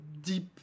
deep